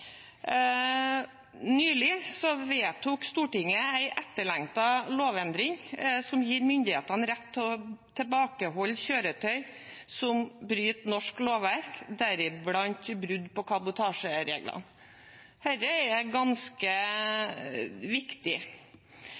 Nylig vedtok Stortinget en etterlengtet lovendring som gir myndighetene rett til å tilbakeholde kjøretøy som bryter norsk lovverk, deriblant brudd på kabotasjereglene. Dette er ganske viktig.